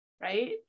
Right